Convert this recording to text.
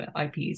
IPs